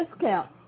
discount